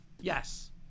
Yes